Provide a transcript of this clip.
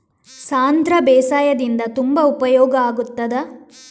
ಸಾಂಧ್ರ ಬೇಸಾಯದಿಂದ ತುಂಬಾ ಉಪಯೋಗ ಆಗುತ್ತದಾ?